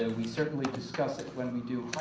ah we certainly discussed it when we do